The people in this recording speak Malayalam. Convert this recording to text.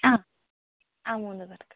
ആ ആ മൂന്നു പേര്ക്ക്